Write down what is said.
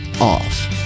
off